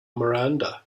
miranda